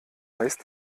heißt